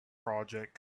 project